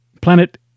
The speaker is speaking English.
Planet